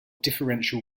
differential